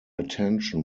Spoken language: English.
attention